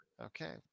Okay